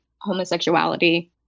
homosexuality